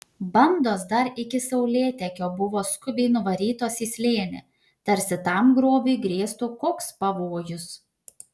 bandos dar iki saulėtekio buvo skubiai nuvarytos į slėnį tarsi tam grobiui grėstų koks pavojus